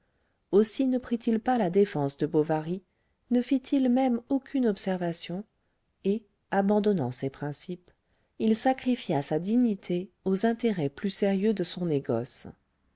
aussi ne prit-il pas la défense de bovary ne fit-il même aucune observation et abandonnant ses principes il sacrifia sa dignité aux intérêts plus sérieux de sort négoce